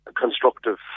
Constructive